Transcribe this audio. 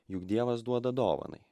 juk dievas duoda dovanai